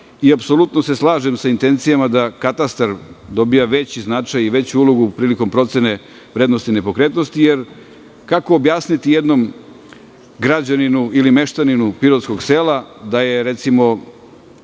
Apsolutno se slažem sa intencijama da katastar dobija veći značaj i veću ulogu prilikom procene vrednosti nepokretnosti, jer kako objasniti jednom građaninu ili meštaninu pirotskog sela da je, recimo,